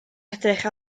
edrych